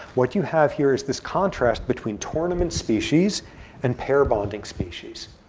what you have here is this contrast between tournament species and pair bonding species.